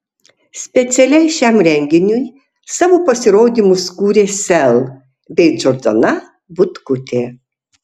specialiai šiam renginiui savo pasirodymus kūrė sel bei džordana butkutė